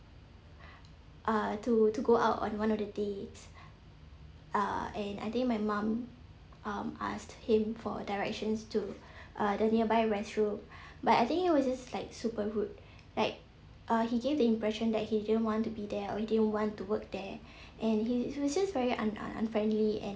uh to to go out on one of the days uh and I think my mum um asked him for directions to uh the nearby restroom but I think he was just like super rude like uh he gave the impression that he didn't want to be there or he didn't want to work there and he was just very un~ unfriendly and